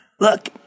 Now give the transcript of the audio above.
Look